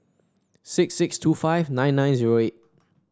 six six two five nine nine zero eight